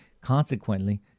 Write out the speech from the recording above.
Consequently